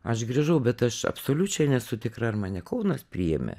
aš grįžau bet aš absoliučiai nesu tikra ar mane kaunas priėmė